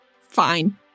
Fine